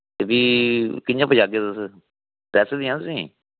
ते फ्ही कि'यां पज़ागे तुस पैसे देआं तुसेंगी